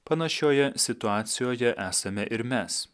panašioje situacijoje esame ir mes